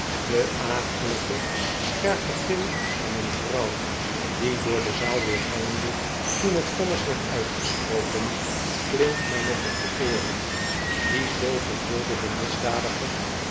de akelige scherpe gil van een vrouw die door de zaal weergalmde toen het vonnis werd uitgesproken klinkt mij nog in de ooren die gil vervulde den misdadiger